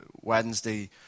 Wednesday